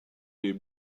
les